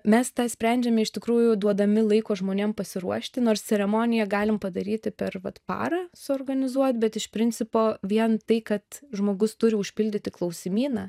mes tą sprendžiame iš tikrųjų duodami laiko žmonėm pasiruošti nors ceremoniją galim padaryti per parą suorganizuot bet iš principo vien tai kad žmogus turi užpildyti klausimyną